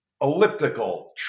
elliptical